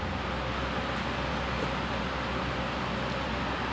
ya imagine like fifty cents it'll be like more like